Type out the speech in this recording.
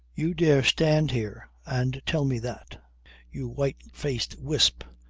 you dare stand here and tell me that you white-faced wisp,